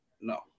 No